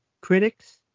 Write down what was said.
critics